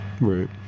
Right